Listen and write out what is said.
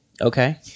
Okay